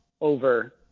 over